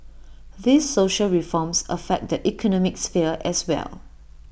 these social reforms affect the economic sphere as well